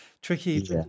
Tricky